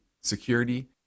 security